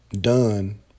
done